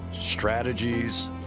strategies